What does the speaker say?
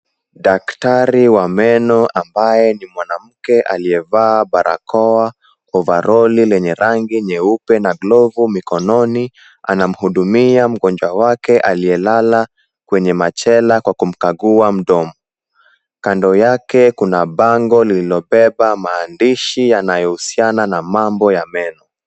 Daktari wa meno ambaye ni mwanamke aliyevaa barakoa, ovaroli lenye rangi nyeupe na glovu mikononi, ana mhudumia mgonjwa wake aliyelala kwenye machela kwa kumkagua mdomo. Kando yake kuna bango lililobeba maandishi yanayo husiana na mambo ya meno.